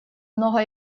много